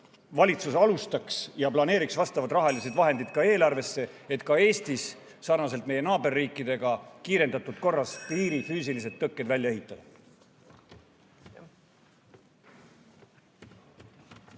valitsus alustaks seda ja planeeriks vastavad rahalised vahendid eelarvesse, et ka Eestis sarnaselt meie naaberriikidega kiirendatud korras piiri füüsilised tõkked välja ehitada.